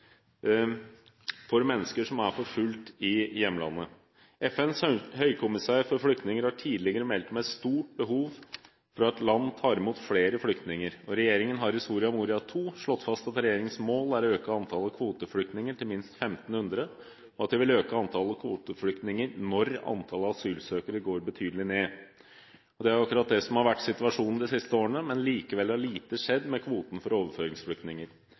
for mennesker som er forfulgt i hjemlandet. FNs høykommissær for flyktninger har tidligere meldt om et stort behov for at land tar imot flere flyktninger. Regjeringen har i Soria Moria II slått fast at regjeringens mål er å øke antallet kvoteflyktninger til minst 1 500, at de vil øke antallet kvoteflyktninger når antallet asylsøkere går betydelig ned. Det er akkurat det som har vært situasjonen de siste årene, men likevel har lite skjedd med kvoten for overføringsflyktninger. Vi mener at Norge er i stand til å ta imot flere overføringsflyktninger